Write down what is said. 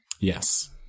Yes